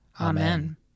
Amen